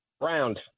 Round